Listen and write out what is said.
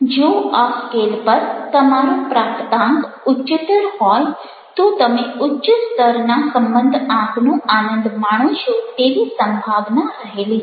જો આ સ્કેલ પર તમારો પ્રાપ્તાંક ઉચ્ચતર હોય તો તમે ઉચ્ચ સ્તરના સંબંધ આંકનો આનંદ માણો છો તેવી સંભાવના રહેલી છે